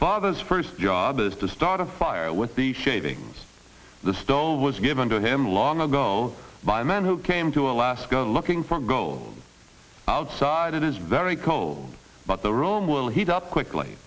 father's first job is to start a fire with the shavings the stone was given to him long ago by a man who came to alaska looking for go outside it is very cold but the room will heat up quickly